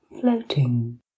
floating